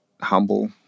humble